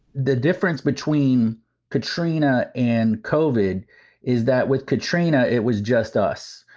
the difference between katrina and coded is that with katrina it was just us.